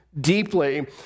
deeply